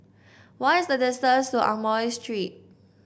what is the distance to Amoy Street